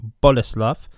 Boleslav